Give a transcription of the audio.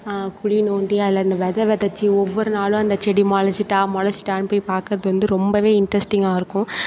குழி தோண்டி அதில் அந்த வெதை வெதைச்சி ஒவ்வொரு நாளும் அந்த செடி மொளைச்சிட்டா மொளைச்சிட்டான்னு போய் பாக்கிறது வந்து ரொம்ப இன்ட்ரஸ்டிங்காக இருக்கும்